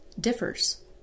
differs